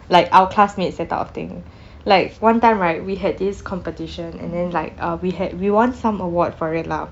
like our classmates that type of thing like one time right we had this competition and then like uh we had we won some award for it lah